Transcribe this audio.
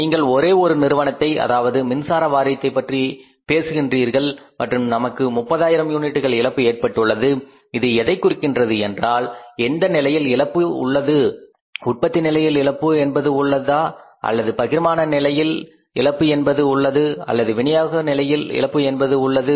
நீங்கள் ஒரே ஒரு நிறுவனத்தை அதாவது மின்சார வாரியத்தை பற்றிப் பேசுகின்றீர்கள் மற்றும் நமக்கு 30000 யூனிட்டுகள் இழப்பு ஏற்பட்டுள்ளது இது எதைக் குறிக்கிறது என்றால் எந்த நிலையில் இழப்பு என்பது உள்ளது உற்பத்தி நிலையில் இழப்பு என்பது உள்ளது அல்லது பகிர்மானம் என்ற நிலையில் இழப்பு என்பது உள்ளது அல்லது விநியோக நிலையில் இழப்பு என்பது உள்ளது